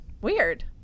Weird